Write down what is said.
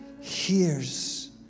hears